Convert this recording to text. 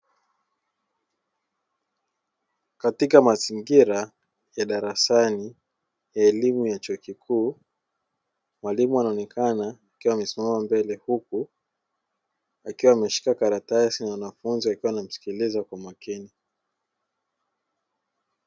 Katika mazingira ya darasani ya elimu ya chuo kikuu, mwalimu anaonekana akiwa amesimama mbele huku akiwa ameshika karatasi na wanafunzi wakiwa wanamsikiliza kwa makini.